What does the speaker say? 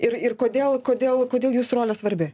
ir ir kodėl kodėl kodėl jūsų rolė svarbi